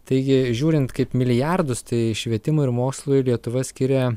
taigi žiūrint kaip milijardus tai švietimui ir mokslui lietuva skiria